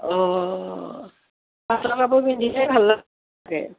অঁ পাটৰ কাপোৰ পিন্ধি যায় ভাল লাগে